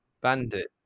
bandit